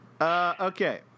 Okay